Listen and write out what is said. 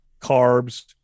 carbs